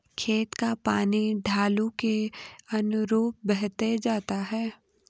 खेत का पानी ढालू के अनुरूप बहते जाता है